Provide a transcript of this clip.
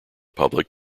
public